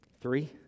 Three